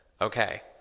okay